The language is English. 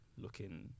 looking